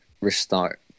restart